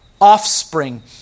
offspring